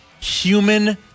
human